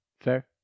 Fair